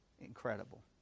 Incredible